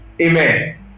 Amen